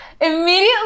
immediately